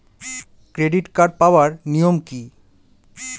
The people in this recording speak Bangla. ক্রেডিট কার্ড পাওয়ার নিয়ম কী?